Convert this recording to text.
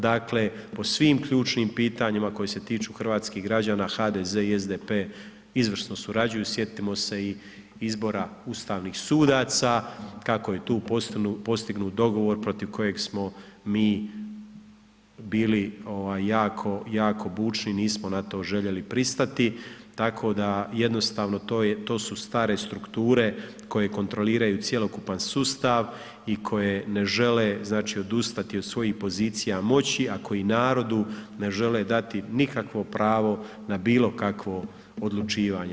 Dakle, po svim ključnim pitanjima koji se tiču hrvatskih građana HDZ i SDP izvrsno surađuju, sjetimo se i izbora ustavnih sudaca, kako je tu postignut dogovor protiv kojeg smo mi bili ovaj jako, jako bučni nismo na to željeli pristati, tako da jednostavno to su stare strukture koje kontroliraju cjelokupan sustav i koje ne žele znači odustati od svojih pozicija moći, a koji narodu ne žele dati nikakvo pravo na bilo kakvo odlučivanje.